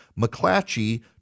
McClatchy